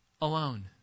Alone